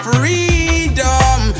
Freedom